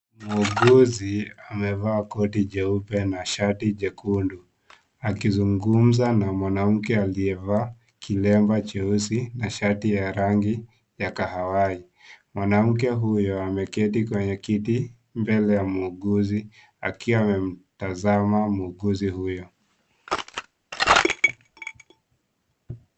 Muuguzi, amevaa koti jeupe na shati jekundu, akizungumza na mwanamke aliyekiremba cheusi na shati ya rangi, yakahawai, mwanamke huyu ameketi kwenye kiti mbele ya muuguzi, akiwa amemtazama muuguzi huyo.